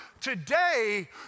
Today